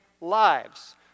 lives